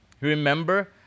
Remember